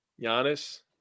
Giannis